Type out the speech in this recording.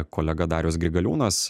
kolega darius grigaliūnas